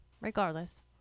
regardless